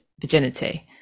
virginity